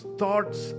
thoughts